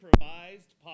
improvised